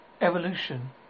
evolution